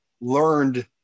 learned